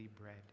bread